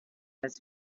his